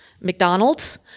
McDonald's